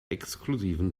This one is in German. exklusiven